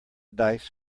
dice